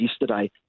yesterday